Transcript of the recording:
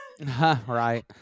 Right